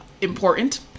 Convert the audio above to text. important